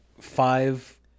five